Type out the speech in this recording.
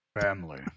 Family